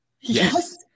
Yes